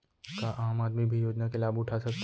का आम आदमी भी योजना के लाभ उठा सकथे?